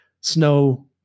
snow